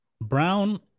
Brown